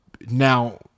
now